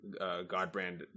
Godbrand